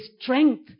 strength